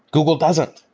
google doesn't.